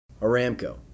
Aramco